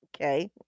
okay